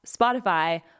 Spotify